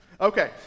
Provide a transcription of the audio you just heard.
Okay